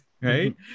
right